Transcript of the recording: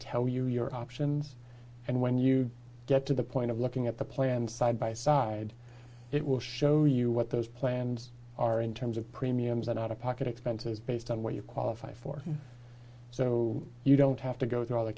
tell you your options and when you get to the point of looking at the plan side by side it will show you what those plans are in terms of premiums and out of pocket expenses based on what you qualify for so you don't have to go through all the